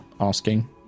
asking